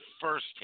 first